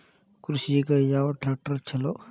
ಕೃಷಿಗ ಯಾವ ಟ್ರ್ಯಾಕ್ಟರ್ ಛಲೋ?